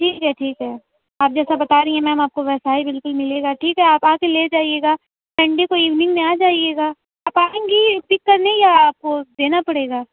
ٹھیک ہے ٹھیک ہے آپ جیسا بتا رہی ہیں میم آپ کو ویسا ہی بالکل ملے گا ٹھیک ہے آپ آکے لے جائیے گا سنڈے کو ایویننگ میں آجائیے گا آپ آئیں گی پک کرنے یا آپ دینا پڑے گا